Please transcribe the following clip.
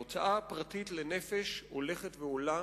ההוצאה הפרטית לנפש הולכת ועולה